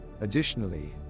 Additionally